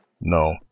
no